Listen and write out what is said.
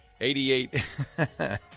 88